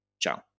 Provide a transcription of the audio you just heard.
Ciao